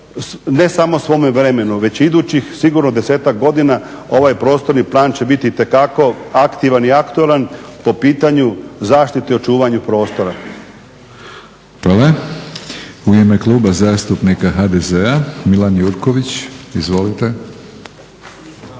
ne samo svome vremenu već idućih sigurno 10-ak godina ovaj prostorni plan će biti itekako aktivan i aktualan po pitanju zaštite i očuvanja prostora.